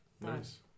Nice